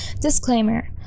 Disclaimer